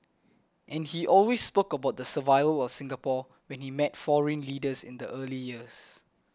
and he always spoke about the survival of Singapore when he met foreign leaders in the early years